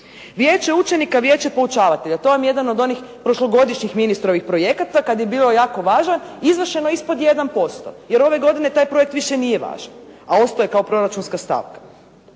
Vijeće učenika, Vijeće poučavatelja. To vam je jedan od onih prošlogodišnjih ministrovih projekata kad je bio jako važan. Izvršeno ispod 1% jer ove godine taj projekt više nije važan. A ostao je kao proračunska stavka.